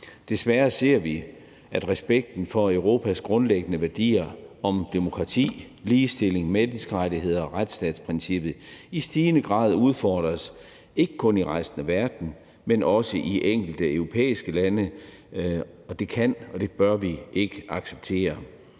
Desværre ser vi, at respekten for Europas grundlæggende værdier om demokrati, ligestilling, menneskerettigheder og retsstatsprincippet i stigende grad udfordres – ikke kun i resten af verden, men også i enkelte europæiske lande. Og det kan og bør vi ikke acceptere.